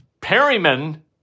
Perryman